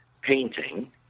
painting